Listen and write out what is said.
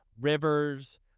rivers